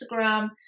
Instagram